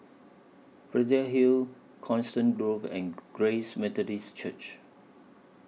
Braddell Hill Coniston Grove and Grace Methodist Church